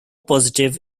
positive